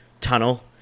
tunnel